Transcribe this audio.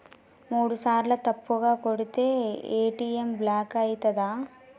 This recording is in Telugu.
మూడుసార్ల తప్పుగా కొడితే ఏ.టి.ఎమ్ బ్లాక్ ఐతదా?